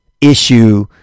issue